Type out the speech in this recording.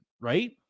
right